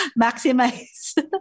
maximize